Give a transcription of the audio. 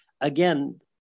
again